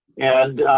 and,